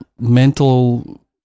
mental